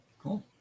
Cool